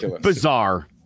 bizarre